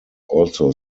also